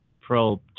probe